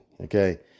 Okay